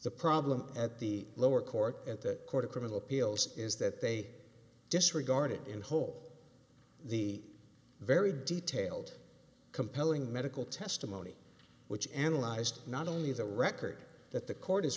the problem at the lower court at the court of criminal appeals is that they disregarded in whole the very detailed compelling medical testimony which analyzed not only the record that the court is